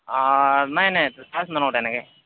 নাই নাই চাৰ্জ নলওঁ তেনেকৈ